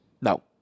no